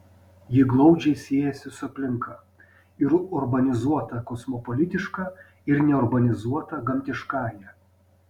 ji glaudžiai siejasi su aplinka ir urbanizuota kosmopolitiška ir neurbanizuota gamtiškąja